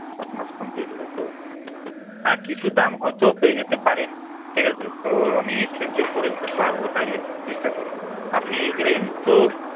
সাত মাস কমপ্লিট হল তো হ্যাঁ কিছু দাম হয়তো পেয়ে যেতে পারেন ঠিক আছে তো আমি এক্সচেঞ্জও করে দিতে পারব তাহলে চেষ্টা করে আপনি রেঞ্জ তো